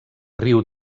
riu